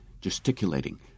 gesticulating